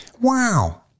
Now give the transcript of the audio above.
wow